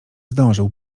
zdążył